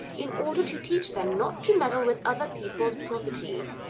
in order to teach them not to meddle with other people's property.